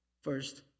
first